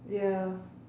ya